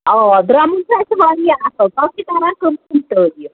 اوا دَرٛمُن چھِ اسہِ وارِیاہ اصٕل تَتھ چھِ کَران کٕم کٕم تعریٖف